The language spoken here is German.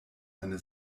eine